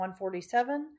147